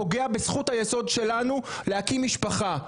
פוגע בזכות היסוד שלנו להקים משפחה.